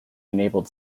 enabled